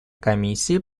комиссии